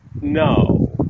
No